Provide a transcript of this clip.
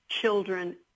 Children